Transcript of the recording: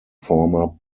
former